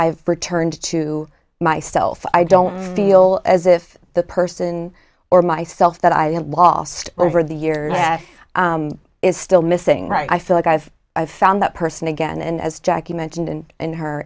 i've returned to myself i don't feel as if the person or myself that i lost over the years is still missing right i feel like i've found that person again and as jackie mentioned and in her